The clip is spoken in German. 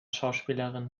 schauspielerin